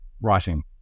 writing